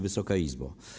Wysoka Izbo!